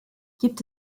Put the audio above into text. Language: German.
gibt